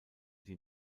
die